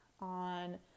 on